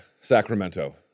Sacramento